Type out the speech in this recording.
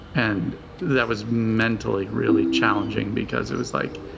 and that was mentally really challenging because it was like